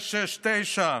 669,